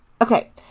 okay